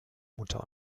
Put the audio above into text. mutter